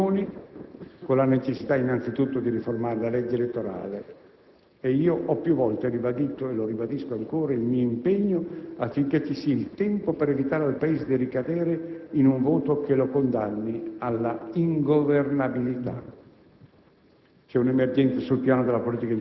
C'è un'emergenza sul piano delle istituzioni, con la necessità innanzitutto di riformare la legge elettorale. Io ho più volte ribadito - e lo ribadisco ancora - il mio impegno affinché ci sia il tempo per evitare al Paese di ricadere in un voto che lo condanni all'ingovernabilità.